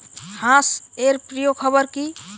হাঁস এর প্রিয় খাবার কি?